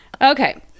okay